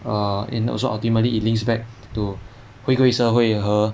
err and also ultimately it links back to 回归社会和